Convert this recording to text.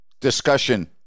discussion